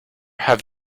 have